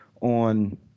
on